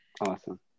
Awesome